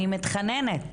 אני מתחננת.